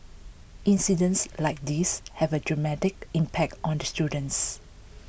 incidents like these have a traumatic impact on the students